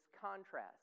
contrast